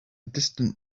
distant